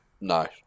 No